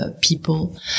people